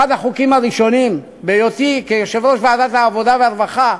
אחד החוקים הראשונים בהיותי יושב-ראש ועדת העבודה והרווחה,